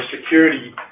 security